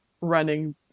running